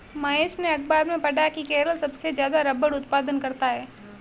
महेश ने अखबार में पढ़ा की केरल सबसे ज्यादा रबड़ उत्पादन करता है